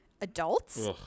Adults